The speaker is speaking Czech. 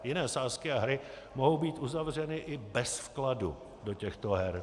Jiné sázky a hry mohou být uzavřeny i bez vkladu do těchto her.